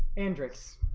andres